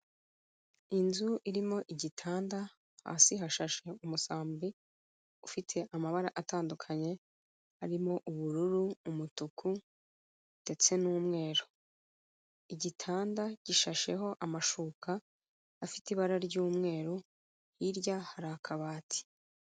Inzu irimo igitanda, hasi hashashe umusambi ufite amabara atandukanye arimo ubururu, umutuku ndetse n'umweru. Igitanda gishasheho amashuka afite ibara ry'umweru, hirya hari akabati.